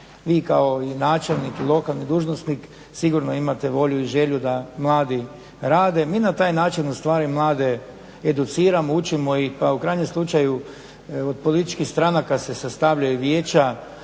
vi kao načelnik i lokalni dužnosnik sigurno imate volju i želju da mladi rade. Mi na taj način ustvari mlade educiramo, učimo ih, pa u krajnjem slučaju od političkih stranaka se sastavljaju vijeća,